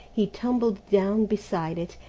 he tumbled down beside it,